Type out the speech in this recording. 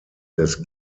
des